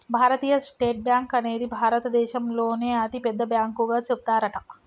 భారతీయ state bank అనేది భారత దేశంలోనే అతి పెద్ద బ్యాంకు గా చెబుతారట